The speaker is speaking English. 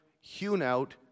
hewn-out